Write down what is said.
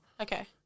Okay